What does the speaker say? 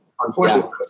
Unfortunately